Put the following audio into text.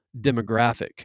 demographic